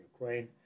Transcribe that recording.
Ukraine